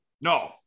No